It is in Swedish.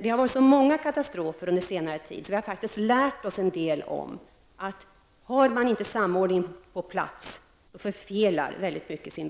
Det har varit så många katastrofer under senare tid att vi faktiskt har lärt oss en del om att mycket förfelar sin verkan om man inte har samordning på platsen.